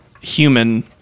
human